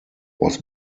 was